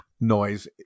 noise